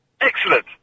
Excellent